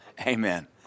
Amen